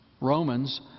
Romans